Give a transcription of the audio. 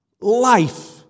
life